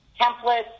templates